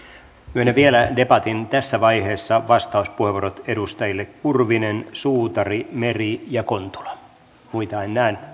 myönnän vielä debatin tässä vaiheessa vastauspuheenvuorot edustajille kurvinen suutari meri ja kontula muita en näe